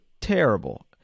terrible